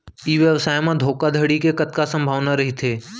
ई व्यवसाय म धोका धड़ी के कतका संभावना रहिथे?